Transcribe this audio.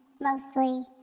mostly